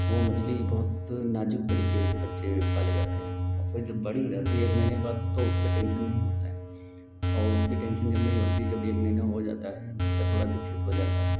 वह मछली बहुत ही नाजुक तरीके से बच्चे पाले जाते हैं और फिर जब बड़ी रहती है एक महीने बाद तो उसका टेन्शन नहीं होता है और उसका टेन्शन जब नहीं होता जब एक महीना हो जाता है बच्चा थोड़ा विकसित हो जाता है